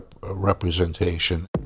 representation